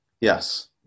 Yes